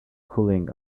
cooling